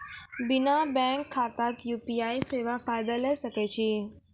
बिना बैंक खाताक यु.पी.आई सेवाक फायदा ले सकै छी?